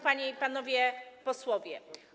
Panie i Panowie Posłowie!